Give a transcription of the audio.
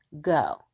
go